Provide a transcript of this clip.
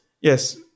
Yes